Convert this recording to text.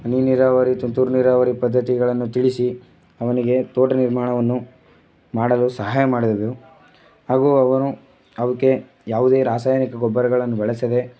ಹನಿ ನೀರಾವರಿ ತುಂತುರು ನೀರಾವರಿ ಪದ್ಧತಿಗಳನ್ನು ತಿಳಿಸಿ ಅವನಿಗೆ ತೋಟ ನಿರ್ಮಾಣವನ್ನು ಮಾಡಲು ಸಹಾಯ ಮಾಡಿದೆನು ಹಾಗೂ ಅವನು ಅವುಕ್ಕೆ ಯಾವುದೇ ರಾಸಾಯನಿಕ ಗೊಬ್ಬರಗಳನ್ನು ಬಳಸದೇ